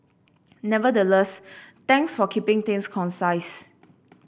nevertheless thanks for keeping things concise